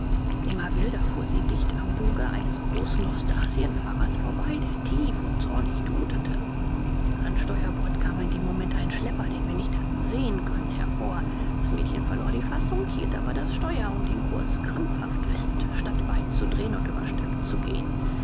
immer wilder fuhr sie dicht am buge eines großen ostasienfahrers vorbei der tief und zornig tutete an steuerbord kam in dem moment ein schlepper den wir nicht hatten sehen können hervor das mädchen verlor die fassung hielt aber das steuer und den kurs krampfhaft fest statt beizudrehen und über stag zu gehen